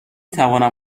توانم